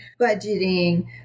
budgeting